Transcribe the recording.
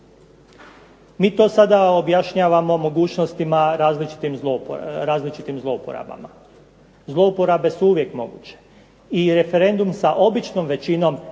Mi to sada objašnjavamo mogućnostima različitim zlouporabama. Zlouporabe su uvijek moguće i referendum sa običnom većinom